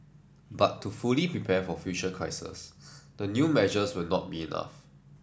but to fully prepare for future crises the new measures will not be enough